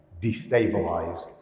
destabilized